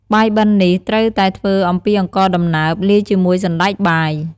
បាយបិណ្ឌនេះត្រូវតែធ្វើអំពីអង្ករដំណើប លាយជាមួយសណ្ដែកបាយ។